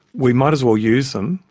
we might as well use them,